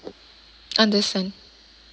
understand